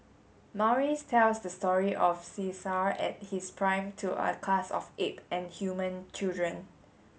Maurice tells the story of Caesar at his prime to a class of ape and human children